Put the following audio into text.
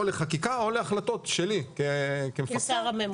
לחקיקה או להחלטות שלי כ --- כשר הממונה.